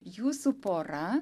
jūsų pora